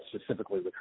specifically